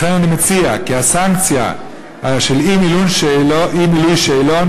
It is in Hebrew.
לכן אני מציע כי הסנקציה על אי-מילוי שאלון